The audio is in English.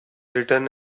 written